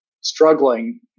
struggling